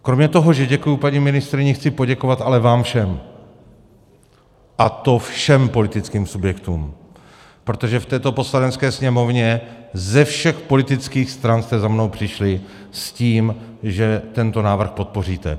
Kromě toho, že děkuji paní ministryni, chci poděkovat ale vám všem, a to všem politickým subjektům, protože v této Poslanecké sněmovně ze všech politických stran jste za mnou přišli s tím, že tento návrh podpoříte.